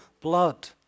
blood